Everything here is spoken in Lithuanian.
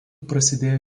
prasidėjo